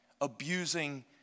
abusing